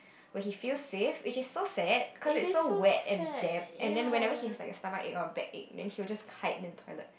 where he feels safe which is so sad cause it's so wet and damp and then whenever he has like a stomachache or a backache then he will just hide in the toilet